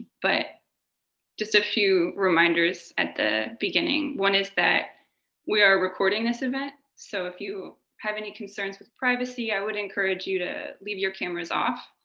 but just a few reminders at the beginning. one is that we are recording this event. so if you have any concerns with privacy, i would encourage you to leave your cameras off.